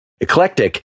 eclectic